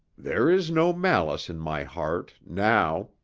there is no malice in my heart now,